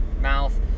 mouth